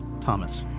Thomas